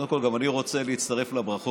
קודם כול, גם אני רוצה להצטרף לברכות